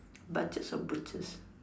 batches or butcher